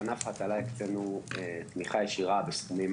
לענף ההטלה הקצנו תמיכה ישירה בסכומים